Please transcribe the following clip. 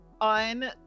on